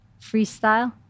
freestyle